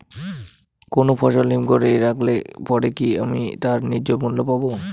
কোনো ফসল হিমঘর এ রাখলে পরে কি আমি তার ন্যায্য মূল্য পাব?